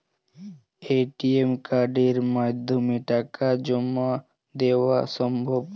ATM কার্ডের মাধ্যমে টাকা জমা দেওয়া সম্ভব?